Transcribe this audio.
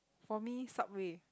for me subway